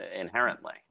inherently